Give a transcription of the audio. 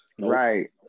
Right